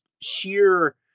sheer